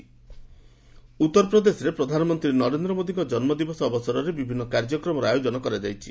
PM birthday ଉତ୍ତରପ୍ରଦେଶରେ ପ୍ରଧାନମନ୍ତ୍ରୀ ନରେନ୍ଦ୍ର ମୋଦୀଙ୍କ ଜନ୍ମ ଦିନ ଅବସରରେ ବିଭିନ୍ନ କାର୍ଯ୍ୟକ୍ରମର ଆୟୋଜନ କରାଯାଇଛି